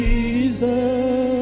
Jesus